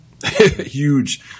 huge